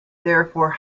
therefore